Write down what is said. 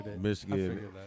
Michigan